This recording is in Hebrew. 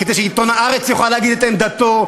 כדי שעיתון "הארץ" יוכל להגיד את עמדתו,